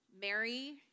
Mary